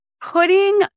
putting